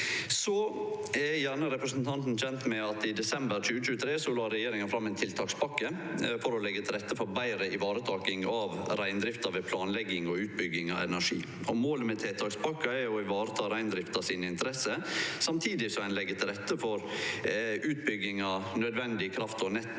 er gjerne kjent med at i desember 2023 la regjeringa fram ei tiltakspakke for å leggje til rette for betre ivaretaking av reindrifta ved planlegging og utbygging av energi. Målet med tiltakspakka er å ivareta reindriftsinteressene samtidig som ein legg til rette for utbygging av nødvendig kraft og nett